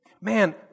Man